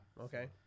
Okay